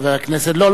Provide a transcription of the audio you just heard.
כבוד השר,